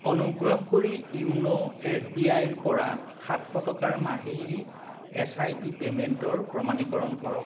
অনুগ্ৰহ কৰি YONO S B আইৰ পৰা সাতশ টকাৰ মাহিলী এছ আই পি পে'মেণ্টৰ প্ৰমাণীকৰণ কৰক